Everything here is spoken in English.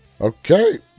Okay